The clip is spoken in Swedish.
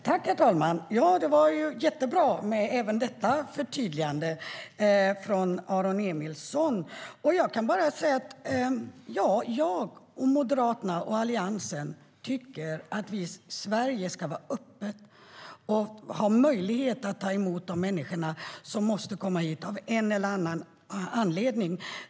Herr talman! Det var ju jättebra med även detta förtydligande från Aron Emilsson. Jag kan bara säga att jag, Moderaterna och Alliansen tycker att Sverige ska vara öppet och ha möjlighet att ta emot de människor som måste komma hit av en eller annan anledning.